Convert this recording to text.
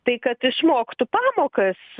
tai kad išmoktų pamokas